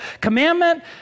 commandment